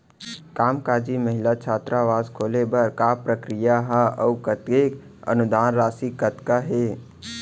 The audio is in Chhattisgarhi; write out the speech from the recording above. कामकाजी महिला छात्रावास खोले बर का प्रक्रिया ह अऊ कतेक अनुदान राशि कतका हे?